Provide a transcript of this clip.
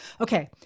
okay